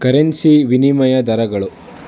currency ವಿನಿಮಯ ದರಗಳು